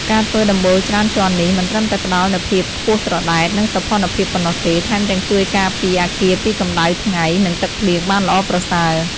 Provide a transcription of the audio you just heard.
ការធ្វើដំបូលច្រើនជាន់នេះ មិនត្រឹមតែផ្តល់នូវភាពខ្ពស់ត្រដែត និងសោភ័ណភាពប៉ុណ្ណោះទេ ថែមទាំងជួយការពារអគារពីកម្ដៅថ្ងៃ និងទឹកភ្លៀងបានល្អប្រសើរ។